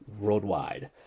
worldwide